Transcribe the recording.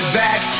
back